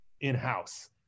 in-house